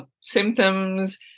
symptoms